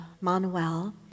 Manuel